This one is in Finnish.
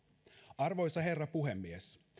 arvoisa herra puhemies